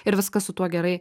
ir viskas su tuo gerai